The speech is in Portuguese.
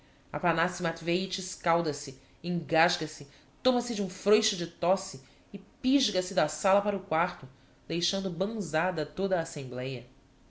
ferver aphanassi matveich escalda se engasga se toma-se de um froixo de tosse e pisga se da sala para o quarto deixando banzada toda a assembleia